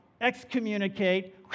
excommunicate